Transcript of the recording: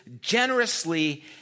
generously